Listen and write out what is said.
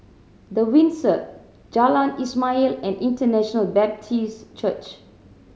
The Windsor Jalan Ismail and International Baptist Church